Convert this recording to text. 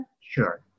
Sure